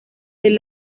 del